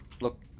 Look